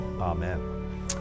Amen